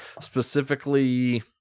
specifically